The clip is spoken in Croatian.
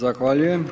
Zahvaljujem.